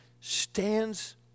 stands